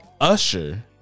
Usher